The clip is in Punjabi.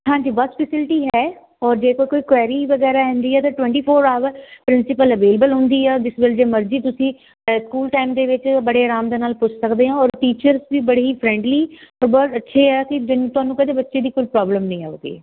ਹਾਂਜੀ ਬਸ ਫੈਸਿਲਿਟੀ ਹੈ ਔਰ ਜੇ ਕੋਈ ਕੁਏਰੀ ਵਗੈਰਾ ਹੁੰਦੀ ਹੈ ਤਾਂ twenty four hour principal available ਹੁੰਦੀ ਆ ਜਿਸ ਵੇਲੇ ਜੇ ਮਰਜ਼ੀ ਤੁਸੀਂ ਟਾ ਸਕੂਲ ਟਾਈਮ ਦੇ ਵਿੱਚ ਬੜੇ ਆਰਾਮ ਦੇ ਨਾਲ ਪੁੱਛ ਸਕਦੇ ਹੋ ਔਰ ਟੀਚਰਸ ਵੀ ਬੜੀ ਫਰੈਂਡਲੀ ਔਰ ਬਹੁਤ ਅੱਛੇ ਆ ਕਿ ਤੁਹਾਨੂੰ ਕਦੇ ਬੱਚੇ ਦੀ ਕੋਈ ਪ੍ਰੋਬਲਮ ਨਹੀਂ ਆਏਗੀ